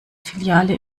filiale